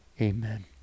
Amen